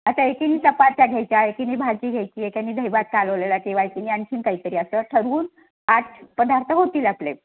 आता एकीने चपात्या घ्यायच्या एकीने भाजी घ्यायची एकाने दहीभात कालवलेला किंवा एकीने आणखी काही तरी असं ठरवून आठ पदार्थ होतील आपले